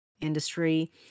industry